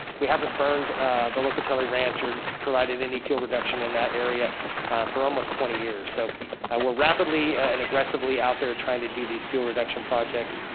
we have a burned the locatelli ranch or provided any fuel reduction in that area for almost twenty years. so we're rapidly and aggressively out there trying to do these fuel reduction projects.